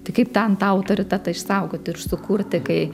tai kaip ten tą autoritetą išsaugoti ir sukurti kai